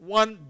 one